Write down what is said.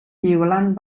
violant